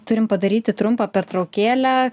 turim padaryti trumpą pertraukėlę